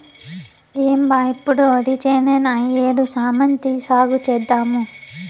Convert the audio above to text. ఏం బా ఎప్పుడు ఒరిచేనేనా ఈ ఏడు శామంతి సాగు చేద్దాము